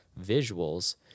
visuals